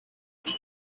will